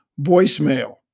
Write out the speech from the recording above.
voicemail